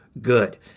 good